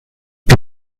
die